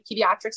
Pediatrics